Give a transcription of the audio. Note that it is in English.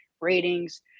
ratings